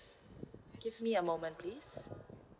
give me a moment please